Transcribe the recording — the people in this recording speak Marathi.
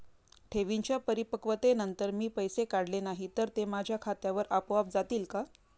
ठेवींच्या परिपक्वतेनंतर मी पैसे काढले नाही तर ते माझ्या खात्यावर आपोआप जातील का?